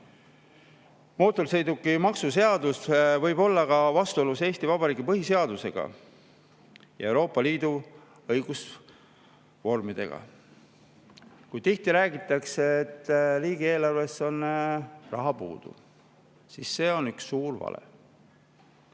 Mootorsõidukimaksu seadus võib olla ka vastuolus Eesti Vabariigi põhiseaduse ja Euroopa Liidu õigusnormidega. Tihti räägitakse, et riigieelarves on raha puudu. See on üks suur vale.